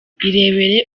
irebere